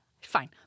Fine